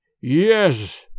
Yes